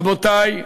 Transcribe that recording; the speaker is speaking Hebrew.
רבותי,